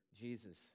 Jesus